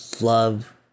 love